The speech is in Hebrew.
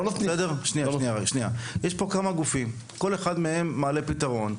יש פה כמה גופים וכל אחד מהם מעלה פתרון.